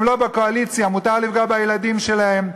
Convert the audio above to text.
לא בקואליציה מותר לפגוע בילדים שלהם,